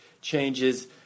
changes